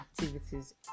activities